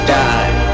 die